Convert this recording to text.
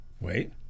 Wait